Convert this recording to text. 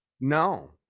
No